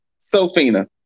Sophina